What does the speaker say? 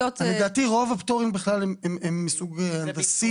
לדעתי רוב הפטורים הם מסוג הנדסי.